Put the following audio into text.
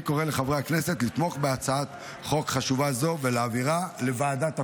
אני קורא לחברי הכנסת לתמוך בהצעת חוק חשובה זו ולהעבירה לוועדת הפנים.